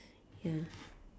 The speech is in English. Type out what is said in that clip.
ya